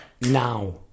now